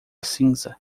cinza